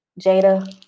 Jada